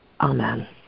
Amen